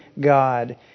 God